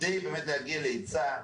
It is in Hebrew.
והגיעו כפי שצריך.